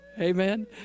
Amen